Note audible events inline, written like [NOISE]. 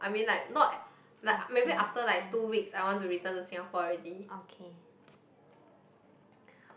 i mean like not [NOISE] like af~ maybe after like two weeks i want to return to singapore already